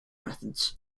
methods